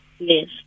Yes